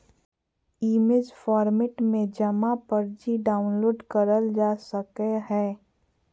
image format में भी जमा पर्ची डाउनलोड करल जा सकय हय